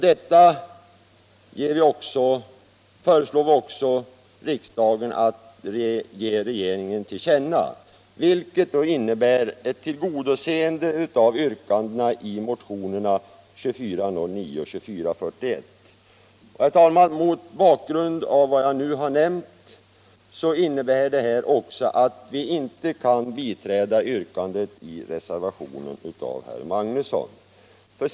Detta vill vi också att riksdagen skall ge regeringen 20 maj 1976 till känna, vilket innebär ett tillgodoseende av yrkandena i motionerna 2409 och 2441. i Ny organisation för Detta innebär också att vi inte kan biträda reservationen av herr Mag — postverket nusson i Kristinehamn.